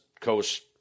Coast